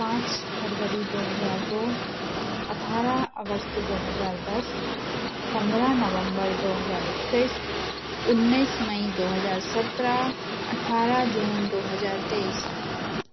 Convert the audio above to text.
पाँच फरबरी दो हज़ार दो अठारह अगस्त दो हज़ार दस पन्द्रह नवम्बर दो हज़ार एक्कीस उन्नीस मई दो हज़ार सत्रह अठारह जून दो हज़ार तेईस